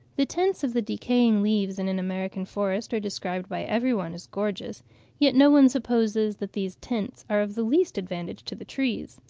the tints of the decaying leaves in an american forest are described by every one as gorgeous yet no one supposes that these tints are of the least advantage to the trees.